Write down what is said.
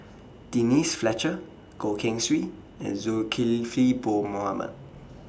Denise Fletcher Goh Keng Swee and Zulkifli Bin Mohamed